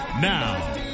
Now